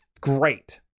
great